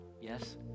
yes